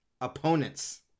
opponents